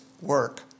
work